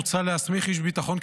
מוצע להסמיך איש ביטחון,